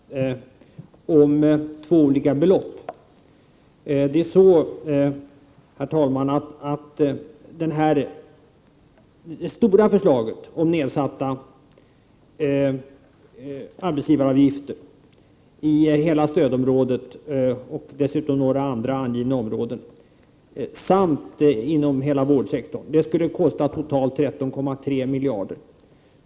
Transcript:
Herr talman! Det är ju viktigt, Göran Engström, att konstatera att vi talar om två olika belopp. Herr talman! Förverkligandet av det stora förslaget om nedsatta arbetsgivaravgifter i hela stödområdet och dessutom i några andra angivna områden samt inom hela vårdsektorn skulle totalt kosta 13,3 miljarder kronor.